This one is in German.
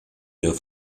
der